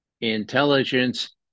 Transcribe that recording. intelligence